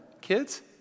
Kids